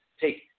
take